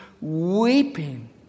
weeping